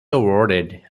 awarded